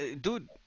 dude